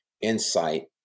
insight